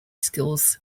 schools